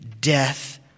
death